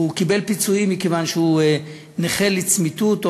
הוא קיבל פיצויים מכיוון שהוא נכה לצמיתות או